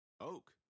Oak